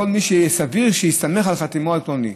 לכל מי שסביר שיסתמך על חתימתו האלקטרונית,